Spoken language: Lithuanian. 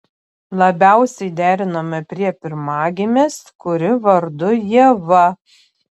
labiausiai derinome prie pirmagimės kuri vardu ieva